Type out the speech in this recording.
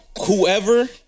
whoever